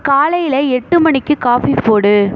காலையில் எட்டு மணிக்கு காபி போடு